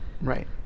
right